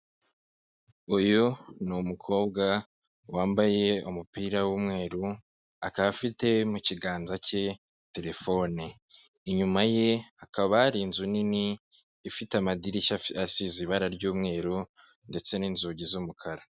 Uyu ni umukobwa wambaye umupira w'umweru, akaba afite mu kiganza cye telefone, inyuma ye hakaba hari inzu nini ifite amadirishya asize ibara ry'umweru ndetse n'inzugi z'umukara.